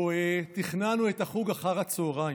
או תכננו את החוג אחר הצוהריים.